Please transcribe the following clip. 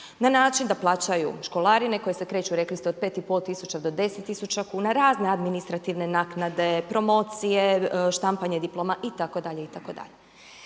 na način da plaćaju školarine koje se kreću, rekli ste od pet i pol tisuća do deset tisuća kuna, razne administrativne naknade, promocije, štampanje diploma, itd.,